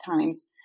times